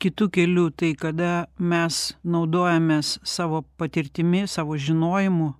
kitu keliu tai kada mes naudojamės savo patirtimi savo žinojimu